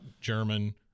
German